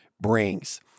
brings